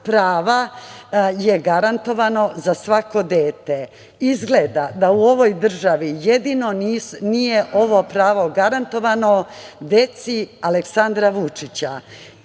prava je garantovana za svako dete. Izgleda da u ovoj državi jedino nije ovo pravo garantovano deci Aleksandra Vučića,